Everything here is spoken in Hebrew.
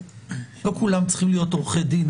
בסדר, לא כולם צריכים להיות עורכי דין.